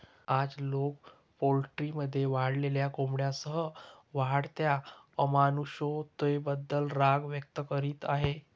आज, लोक पोल्ट्रीमध्ये वाढलेल्या कोंबड्यांसह वाढत्या अमानुषतेबद्दल राग व्यक्त करीत आहेत